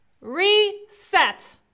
reset